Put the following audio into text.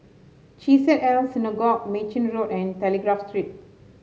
Chesed El Synagogue Mei Chin Road and Telegraph Street